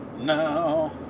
No